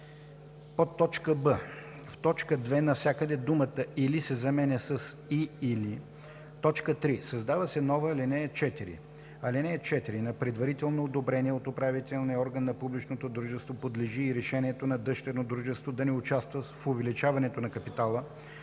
„пет“; б) в т. 2 навсякъде думата „или“ се заменя с „и/или“. 3. Създава се нова ал. 4: „(4) На предварително одобрение от управителния орган на публичното дружество подлежи и решението на дъщерно дружество да не участва в увеличаването на капитала